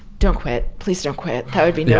don't quit. please don't quit. that would be no